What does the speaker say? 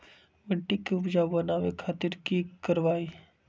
मिट्टी के उपजाऊ बनावे खातिर की करवाई?